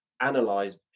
analyze